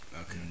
Okay